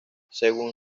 según